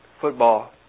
football